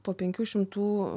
po penkių šimtų